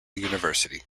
university